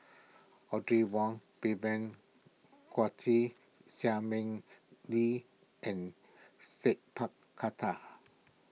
Audrey Wong Vivien Quahe Seah Mei Lin and Sat Pal Khattar